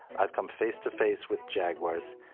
i've come face to face with jaguars,